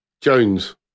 Jones